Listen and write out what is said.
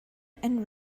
and